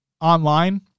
online